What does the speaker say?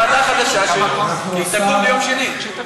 יש ועדה חדשה, היא תקום ביום שני.